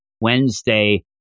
wednesday